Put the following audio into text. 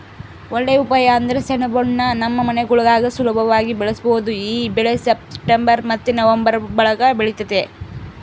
ಒಳ್ಳೇ ಉಪಾಯ ಅಂದ್ರ ಸೆಣಬುನ್ನ ನಮ್ ಮನೆಗುಳಾಗ ಸುಲುಭವಾಗಿ ಬೆಳುಸ್ಬೋದು ಈ ಬೆಳೆ ಸೆಪ್ಟೆಂಬರ್ ಮತ್ತೆ ನವಂಬರ್ ಒಳುಗ ಬೆಳಿತತೆ